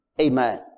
Amen